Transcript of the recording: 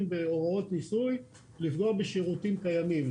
בהוראות ניסוי לפגוע בשירותים קיימים.